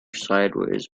sideways